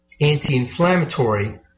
anti-inflammatory